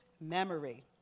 memory